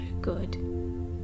good